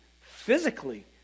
physically